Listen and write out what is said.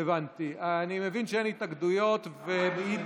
אם כן, להלן תוצאות ההצבעה: בעד,